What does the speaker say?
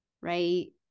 right